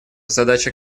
задача